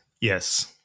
Yes